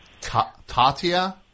Tatia